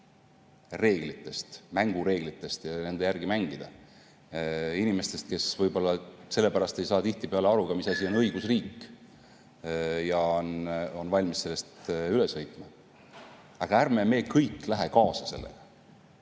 reeglitest, mängureeglitest, ja nende järgi mängida, inimestele, kes võib-olla sellepärast ei saa tihtipeale aru, mis asi on õigusriik, ja on valmis sellest üle sõitma. Aga ärme me kõik läheme kaasa sellega.